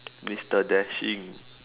mister dashing